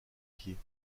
pieds